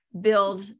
build